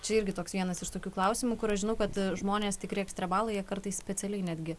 čia irgi toks vienas iš tokių klausimų kur aš žinau kad žmonės tikri ekstremalai jie kartais specialiai netgi